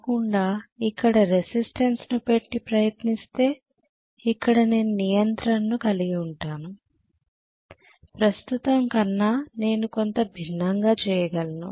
కాకుండా ఇక్కడ రెసిస్టెన్స్ ను పెట్టి ప్రయత్నిస్తే ఇక్కడ నేను నియంత్రణను కలిగి ఉంటాను ప్రస్తుతం కన్నా నేను కొంత భిన్నంగా చేయగలను